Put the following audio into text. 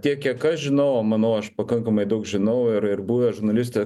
tiek kiek aš žinau o manau aš pakankamai daug žinau ir ir buvęs žurnaliste